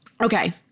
Okay